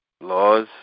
laws